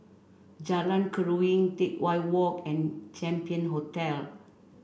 Jalan Keruing Teck Whye Walk and Champion Hotel